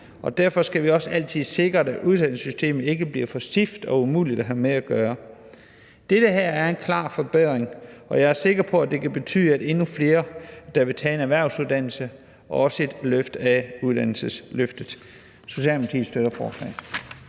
og derfor skal vi også altid sikre, at uddannelsessystemet ikke bliver for stift og umuligt at have med at gøre. Dette er en klar forbedring. Jeg er sikker på, at det kan betyde, at endnu flere vil tage en erhvervsuddannelse, og at det også er et løft af uddannelsesløftet. Socialdemokratiet støtter forslaget.